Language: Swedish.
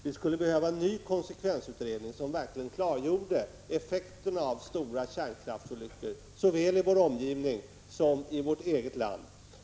Vi skulle behöva en ny konsekvensutredning, som verkligen klargjorde effekterna av stora kärnkraftsolyckor såväl i vår omgivning som i vårt eget land.